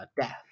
death